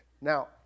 Now